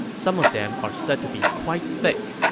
some of them are said to be quite thick.